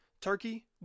turkey